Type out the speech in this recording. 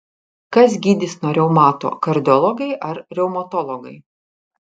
kas gydys nuo reumato kardiologai ar reumatologai